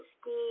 school